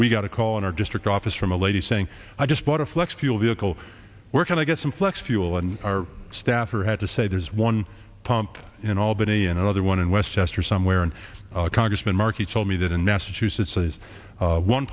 we got a call in our district office from a lady saying i just bought a flex fuel vehicle we're going to get some flex fuel and our staffer had to say there's one pump in albany and another one in westchester somewhere and congressman markey told me that in massachusetts